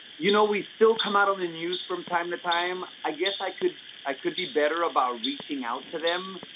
you know, we still come out on the news from time to time. i guess i could i could be better about reaching out to them.